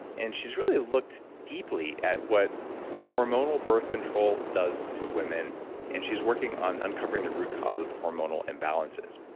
and she's really looked deeply at what hormonal birth control does to women and she's working on uncovering the root cause of hormonal imbalances.